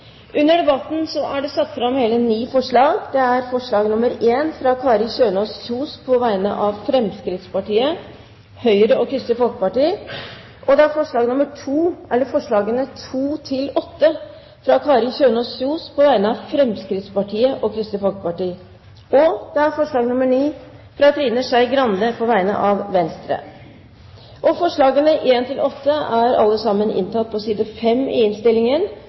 Under debatten er det satt fram ni forslag. Det er: forslag nr. 1, fra Kari Kjønaas Kjos på vegne av Fremskrittspartiet, Høyre og Kristelig Folkeparti forslagene nr. 2–8, fra Kari Kjønaas Kjos på vegne av Fremskrittspartiet og Kristelig Folkeparti forslag nr. 9, fra Trine Skei Grande på vegne av Venstre Forslagene nr. 1–8 er inntatt på side 5 i innstillingen,